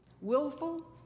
willful